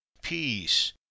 peace